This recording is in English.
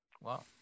Wow